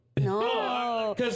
no